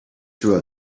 through